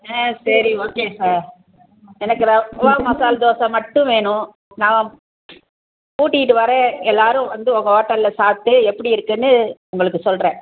ஆ சரி okay sir எனக்கு ரவை மசால் தோசை மட்டும் வேணும் நான் கூட்டிக்கிட்டு வரேன் எல்லோரும் வந்து உங்க ஹோட்டலில் சாப்பிட்டு எப்படி இருக்குதுன்னு உங்களுக்குச் சொல்கிறேன்